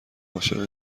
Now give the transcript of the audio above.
عاشق